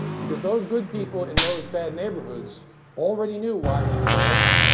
because those good people in those bad neighborhoods already knew why we were there,